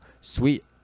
sweet